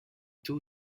two